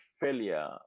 failure